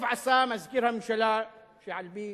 טוב עשה מזכיר הממשלה, שעל-פי